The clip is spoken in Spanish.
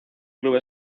club